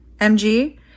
MG